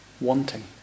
Wanting